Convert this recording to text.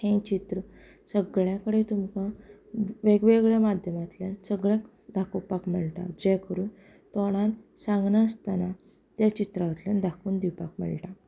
हें चित्र सगळ्या कडेन तुमकां वेग वेगळ्या माध्यमांतल्यान सगळेक दाखोवपाक मेळटा जें करून तोंडांत सांगनास्ताना तें चित्रांतल्यान दाखोवन दिवपाक मेळटा